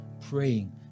praying